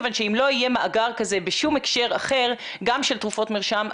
כיוון שאם לא יהיה מאגר כזה בשום הקשר אחר גם של תרופות מרשם,